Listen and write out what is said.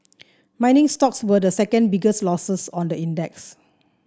mining stocks were the second biggest losers on the index